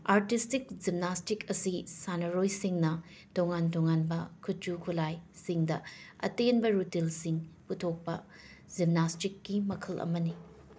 artistic gymnastic ꯑꯁꯤ ꯁꯥꯟꯅꯔꯣꯏꯁꯤꯡꯅ ꯇꯣꯉꯥꯟ ꯇꯣꯉꯥꯟꯕ ꯈꯨꯠꯁꯨ ꯈꯨꯠꯂꯥꯏꯁꯤꯡꯗ ꯑꯇꯦꯟꯕ ꯔꯨꯇꯤꯟꯁꯤꯡ ꯄꯨꯊꯣꯛꯄ ꯖꯤꯝꯅꯥꯁꯇꯤꯛꯀꯤ ꯃꯈꯜ ꯑꯃꯅꯤ